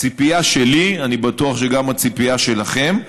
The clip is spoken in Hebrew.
הציפייה שלי, ואני בטוח שגם הציפייה שלכם,